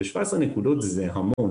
ו-17 נקודות זה המון.